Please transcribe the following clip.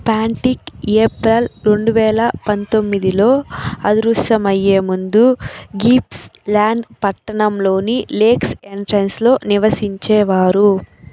ప్యాంటిక్ April రెండువేల పంతొమ్మిదిలో అదృశ్యమయ్యే ముందు గిప్స్ల్యాండ్ పట్టణంలోని లేక్స్ ఎంట్రన్స్లో నివసించేవారు